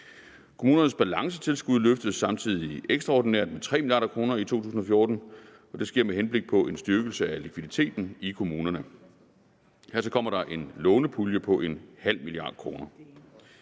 Kommunernes balancetilskud løftes samtidig ekstraordinært med 3 mia. kr. i 2014, og det sker med henblik på en styrkelse af likviditeten i kommunerne. Hertil kommer en lånepulje på ½ mia. kr.